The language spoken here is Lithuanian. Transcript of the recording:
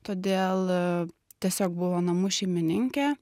todėl tiesiog buvo namų šeimininkė